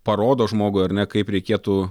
parodo žmogui ar ne kaip reikėtų